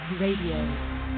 Radio